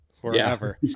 forever